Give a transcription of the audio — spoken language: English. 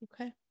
Okay